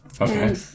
Okay